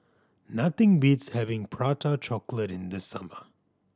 nothing beats having Prata Chocolate in the summer